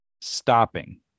stopping